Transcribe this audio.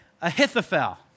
Ahithophel